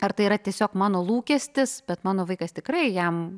ar tai yra tiesiog mano lūkestis bet mano vaikas tikrai jam